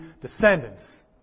Descendants